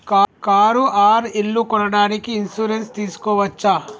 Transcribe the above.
Car or ఇల్లు కొనడానికి insurance తీస్కోవచ్చా?